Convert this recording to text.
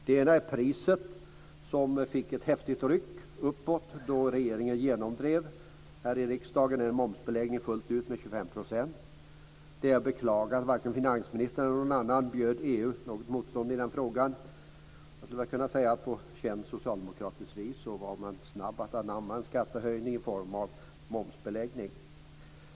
Det ena är priset, som fick ett häftigt ryck uppåt då regeringen här i riksdagen genomdrev en momsbeläggning fullt ut med 25 %. Det är att beklaga att varken finansministern eller någon annan bjöd EU något motstånd i den frågan. Jag skulle väl kunna säga att man på känt socialdemokratiskt vis var snabb med att anamma en skattehöjning i form av en momsbeläggning.